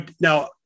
now